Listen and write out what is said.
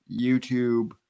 YouTube